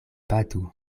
batu